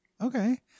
Okay